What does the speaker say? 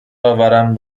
آورم